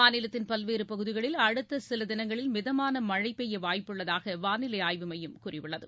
மாநிலத்தின் பல்வேறு பகுதிகளில் அடுத்த சில தினங்களில் மிதமான மழை பெய்ய வாய்ப்புள்ளதாக வானிலை ஆய்வு மையம் கூறியுள்ளது